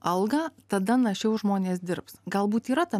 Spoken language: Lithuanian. algą tada našiau žmonės dirbs galbūt yra ta